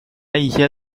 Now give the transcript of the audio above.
一些